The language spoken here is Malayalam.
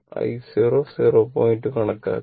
2 കണക്കാക്കി